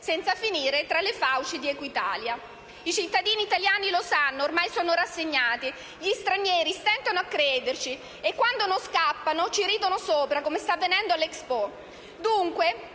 senza finire tra le fauci di Equitalia. I cittadini italiani lo sanno, ormai sono rassegnati; gli stranieri stentano a crederci e quando non scappano ci ridono sopra, come sta avvenendo all'Expo.